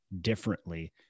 differently